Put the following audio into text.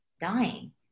dying